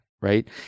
right